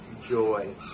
joy